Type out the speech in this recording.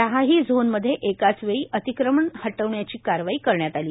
दहाही झोनमध्ये एकाच वेळी अतिक्रमण हटविण्याची कारवाई करण्यात आली